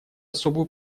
особую